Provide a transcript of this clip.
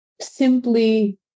simply